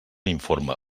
informe